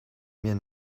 mir